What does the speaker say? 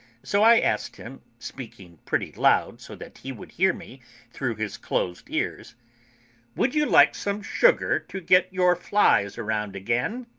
so i asked him, speaking pretty loud so that he would hear me through his closed ears would you like some sugar to get your flies round again?